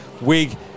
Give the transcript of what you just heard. Wig